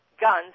guns